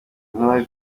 intore